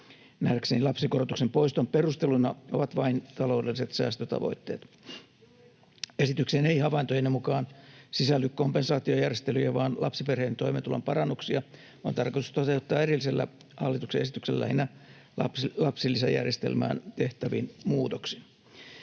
Nähdäkseni lapsikorotuksen poiston perusteluna ovat vain taloudelliset säästötavoitteet. Esitykseen ei havaintojeni mukaan sisälly kompensaatiojärjestelyjä, vaan lapsiperheen toimeentulon parannuksia on tarkoitus toteuttaa erillisellä hallituksen esityksellä lähinnä lapsilisäjärjestelmään tehtävin muutoksin.